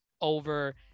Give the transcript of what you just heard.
over